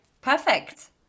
Perfect